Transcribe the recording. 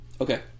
okay